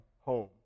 home